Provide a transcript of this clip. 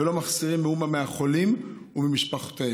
ולא מחסירים מאומה מהחולים וממשפחותיהם.